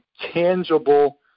tangible